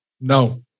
no